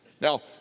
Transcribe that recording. Now